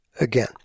Again